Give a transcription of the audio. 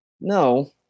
No